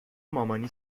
مامانی